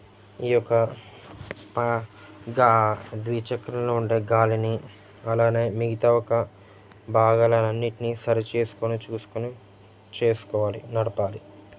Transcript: ఈ యొక్క ద్విచక్రంలో ఉండే గాలిని అలానే మిగతా ఒక భాగాలన్నిటిని సరి చేసుకుని చూసుకుని చేసుకోవాలి నడపాలి